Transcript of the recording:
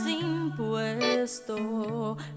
impuesto